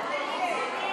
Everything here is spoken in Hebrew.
מה נגד?